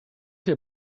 wir